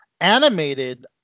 animated